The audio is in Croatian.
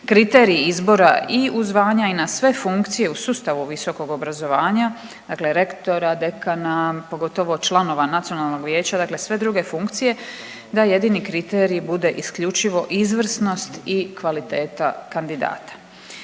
kriteriji izbora i u zvanja i na sve funkcije u sustavu visokog obrazovanja, dakle rektora, dekana, pogotovo članova nacionalnog vijeća, dakle sve druge funkcije da jedini kriterij bude isključivo izvrsnost i kvaliteta kandidata.